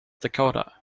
dakota